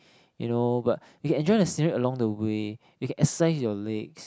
you know but you can enjoy the scenery along the way you can exercise your legs